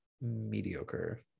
mediocre